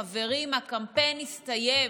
חברים, הקמפיין הסתיים.